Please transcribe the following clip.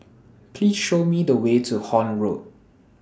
Please Show Me The Way to Horne Road